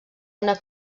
una